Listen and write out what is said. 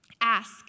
Ask